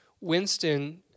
Winston